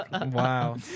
Wow